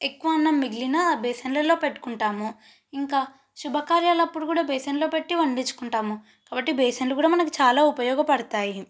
ఎక్కువ అన్నం మిగిలిన బేసన్లలో పెట్టుకుంటాం ఇంకా శుభకార్యాలప్పుడు కూడా బేసన్లో పెట్టి వండ్డించుకుంటాము కాబట్టి బేసన్లు కూడా మనకు చాలా ఉపయోగపడతాయి